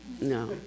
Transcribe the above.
No